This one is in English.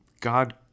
God